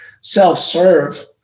self-serve